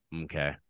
Okay